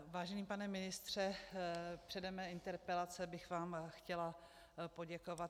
Vážený pane ministře, předem své interpelace bych vám chtěla poděkovat.